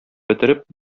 бетереп